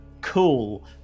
cool